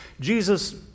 Jesus